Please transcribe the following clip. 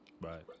right